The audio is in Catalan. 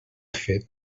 fet